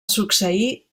succeir